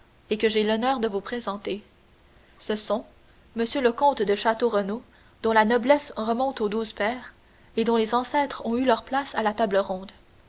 et que j'ai l'honneur de vous présenter ce sont m le comte de château renaud dont la noblesse remonte aux douze pairs et dont les ancêtres ont eu leur place à la table ronde